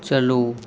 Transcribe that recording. ᱪᱟᱹᱞᱩ